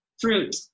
fruit